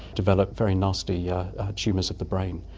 developed very nasty yeah tumours of the brain.